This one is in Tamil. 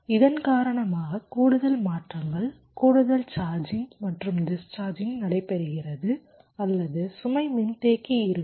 இதன் காரணமாக கூடுதல் மாற்றங்கள் கூடுதல் சார்ஜிங் மற்றும் டிஸ்சார்ஜிங் நடைபெறுகிறது அல்லது சுமை மின்தேக்கி இருக்கும்